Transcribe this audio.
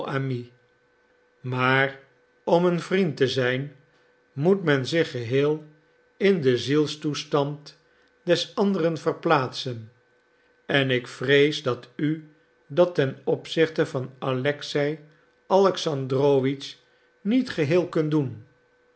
amis maar om een vriend te zijn moet men zich geheel in den zielstoestand des anderen verplaatsen en ik vrees dat u dat ten opzichte van alexei alexandrowitsch niet geheel kunt doen